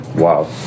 Wow